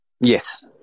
Yes